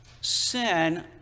sin